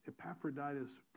epaphroditus